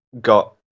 got